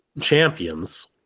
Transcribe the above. champions